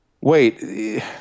wait